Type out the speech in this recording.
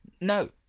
no